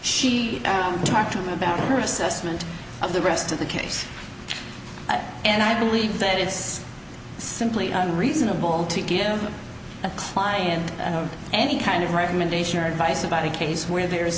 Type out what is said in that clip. she talked to him about her assessment of the rest of the case and i believe that it's simply reasonable to give a client any kind of recommendation or advice about a case where there is